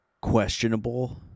questionable